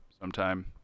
sometime